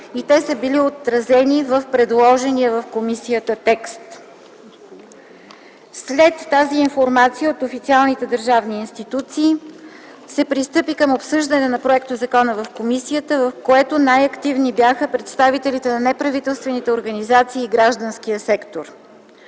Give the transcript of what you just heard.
и те са били отразени в предложения в комисията текст. След информацията от официалните държавни институции се пристъпи към обсъждане на законопроекта в комисията, при което най активни бяха представителите на неправителствените организации и гражданския сектор.